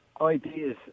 ideas